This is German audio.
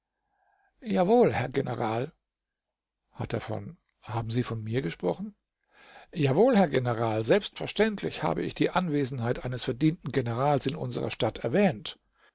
jawohl herr general hat er von haben sie von mir gesprochen jawohl herr general selbstverständlich habe ich die anwesenheit eines verdienten generals in unserer stadt erwähnt